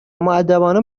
مودبانه